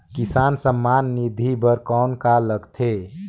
किसान सम्मान निधि बर कौन का लगथे?